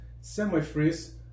semi-freeze